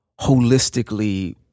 holistically